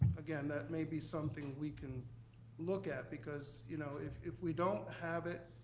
again, that may be something we can look at because, you know, if if we don't have it,